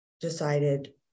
decided